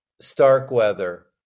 Starkweather